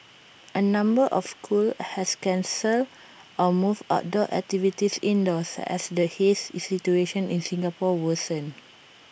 A number of school have cancelled or moved outdoor activities indoors as the haze situation in Singapore worsens